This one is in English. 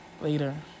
Later